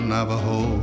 Navajo